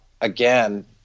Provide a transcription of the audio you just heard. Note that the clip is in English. again